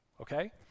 Okay